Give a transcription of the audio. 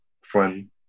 friend